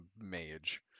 mage